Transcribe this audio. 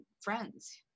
friends